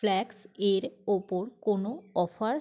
flax এর ওপর কোনো অফার